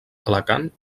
alacant